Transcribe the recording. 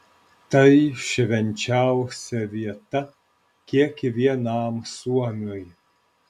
tai švenčiausia vieta kiekvienam suomiui